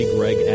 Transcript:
Greg